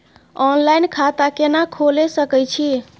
Online खाता केना खोले सकै छी?